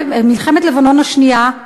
מלחמת לבנון השנייה,